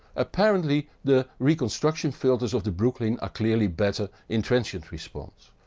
apparently, the reconstruction filters of the brooklyn are clearly better in transient response.